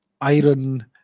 iron